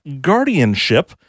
guardianship